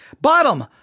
Bottom